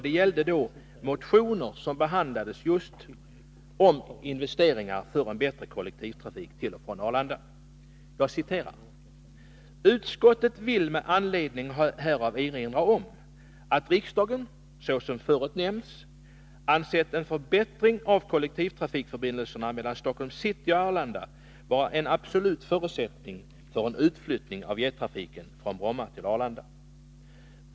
Det gällde just motioner som yrkade på investeringar för bättre kollektivtrafikförbindelser till och från Arlanda: ”Utskottet vill med anledning härav erinra om att riksdagen — såsom förut nämnts — ansett en förbättring av kollektivtrafikförbindelserna mellan Stockholms city och Arlanda vara en absolut förutsättning för en utflyttning av jettrafiken från Bromma till Arlanda.